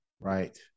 Right